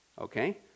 Okay